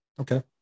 Okay